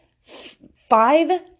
five